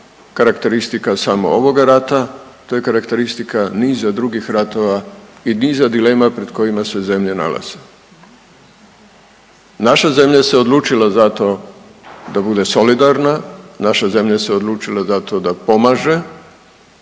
karakteristika samo ovoga rata, to je karakteristika niza drugih ratova i niza dilema pred kojima se zemlje nalaze. Naša zemlja se odlučila za to da bude solidarna, naša zemlja se odlučila za to da pomaže